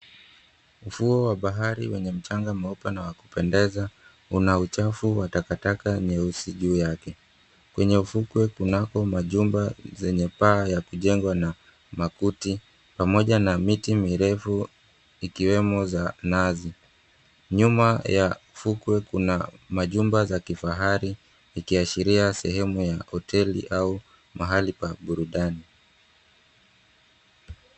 Ufuo wa bahari wenye mchanga mweupe na wa kupendeza una uchafu wa takataka nyeusi juu yake. Kwenye ufukwe kunako majumba zenye paa ya kujengwa na makuti, pamoja na miti mirefu ikiwemo za nazi. Nyuma ya fukwe kuna majumba za kifahari, ikiashiria sehemu ya hoteli au mahali pa burudani.